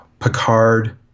Picard